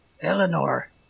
Eleanor